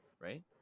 right